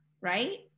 right